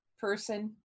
person